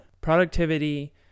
productivity